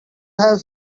have